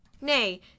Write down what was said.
nay